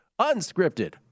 unscripted